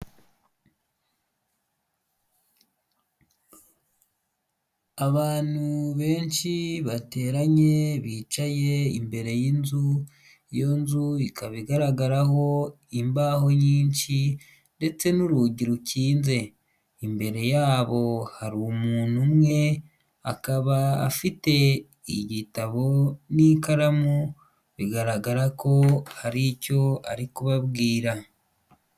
Abantu benshi bateranye bicaye imbere y'inzu, iyo nzu ikaba igaragaraho imbaho nyinshi ndetse n'urugi rukinze, imbere yabo hari umuntu umwe akaba afite igitabo n'ikaramu bigaragara ko hari icyo ari kubabwira.